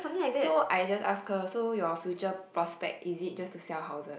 so I just ask her so your future prospect is it just to sell houses